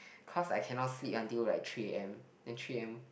cause I cannot sleep until like three a_m then three a_m